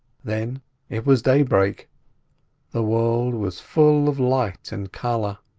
then it was daybreak the world was full of light and colour.